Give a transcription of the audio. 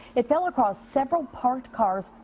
it fell across several parked cars.